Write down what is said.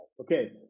Okay